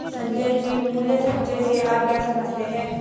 संजय जी, मूल्य संचय से आप क्या समझते हैं?